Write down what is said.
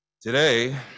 Today